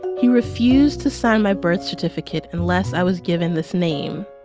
he refused to sign my birth certificate unless i was given this name.